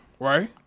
Right